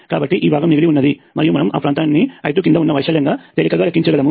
కాబట్టి ఈ భాగం మిగిలి ఉన్నది మరియు మనము ఆ ప్రాంతాన్ని I2 కింద ఉన్న వైశాల్యంగా తేలికగా లెక్కించగలము